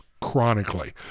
chronically